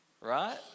right